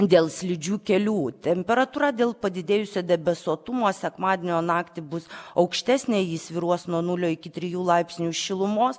dėl slidžių kelių temperatūra dėl padidėjusio debesuotumo sekmadienio naktį bus aukštesnė ji svyruos nuo nulio iki trijų laipsnių šilumos